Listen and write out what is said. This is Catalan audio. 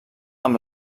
amb